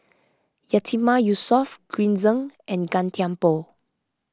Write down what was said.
Yatiman Yusof Green Zeng and Gan Thiam Poh